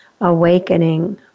awakening